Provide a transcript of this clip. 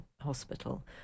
hospital